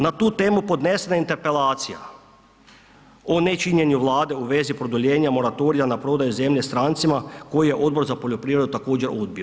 Na tu temu podnesena je interpelacija o nečinjenju Vlade u vezi produljenja moratorija na prodaju zemlje strancima koji je Odbor za poljoprivredu također odbio.